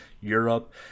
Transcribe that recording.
Europe